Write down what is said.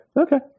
Okay